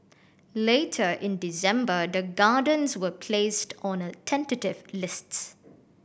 later in December the Gardens was placed on a tentative list